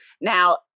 Now